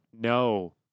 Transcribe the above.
no